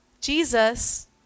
Jesus